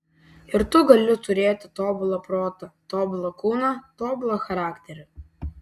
ir tu gali turėti tobulą protą tobulą kūną tobulą charakterį